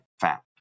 fat